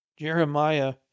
Jeremiah